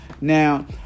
now